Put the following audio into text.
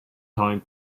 type